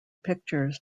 pictures